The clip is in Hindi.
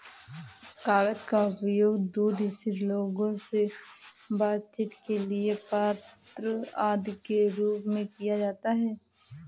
कागज का उपयोग दूर स्थित लोगों से बातचीत के लिए पत्र आदि के रूप में किया जाता है